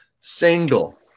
single